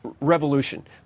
revolution